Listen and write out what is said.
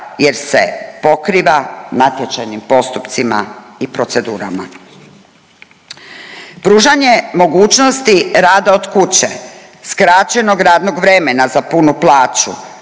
jer se pokriva natječajnim postupcima i procedurama. Pružanje mogućnosti rada od kuće, skraćenog radnog vremena za punu plaću,